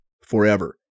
forever